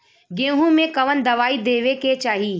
गेहूँ मे कवन दवाई देवे के चाही?